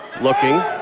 looking